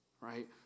right